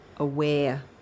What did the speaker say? aware